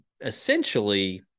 essentially –